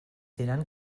diran